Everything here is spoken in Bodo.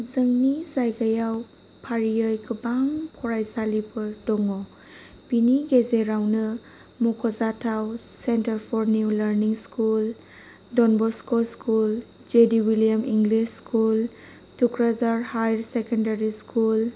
जोंनि जायगायाव फारियै गोबां फरायसालिफोर दङ बिनि गेजेरावनो मख'जाथाव सेन्टारफोर new learning school Don Bosco school J D William English school थुक्राझार हायार सेकेन्डारि स्कुल